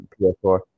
PS4